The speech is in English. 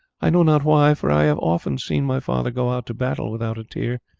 i know not why, for i have often seen my father go out to battle without a tear.